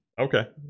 okay